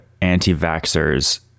anti-vaxxers